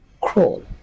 crawl